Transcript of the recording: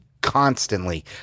constantly